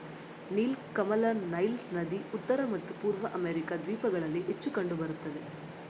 ನೀಲಕಮಲ ನೈಲ್ ನದಿ ಉತ್ತರ ಮತ್ತು ಪೂರ್ವ ಅಮೆರಿಕಾ ದ್ವೀಪಗಳಲ್ಲಿ ಹೆಚ್ಚು ಕಂಡು ಬರುತ್ತದೆ